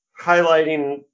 highlighting